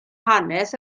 hanes